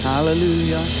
Hallelujah